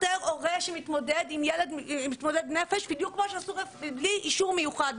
שמתמודד עם ילד מתמודד נפש בלי אישור מיוחד,